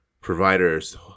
providers